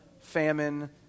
famine